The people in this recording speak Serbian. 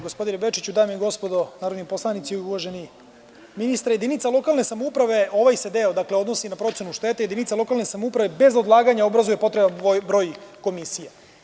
Gospodine Bečiću, dame i gospodo narodni poslanici, uvaženi ministre, jedinica lokalne samouprave, ovaj se deo odnosi na procenu štete, bez odlaganja obrazuje potreban broj komisija.